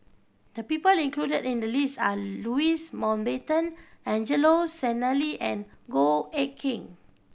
the people included in the list are Louis Mountbatten Angelo Sanelli and Goh Eck Kheng